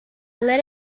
let